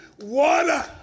water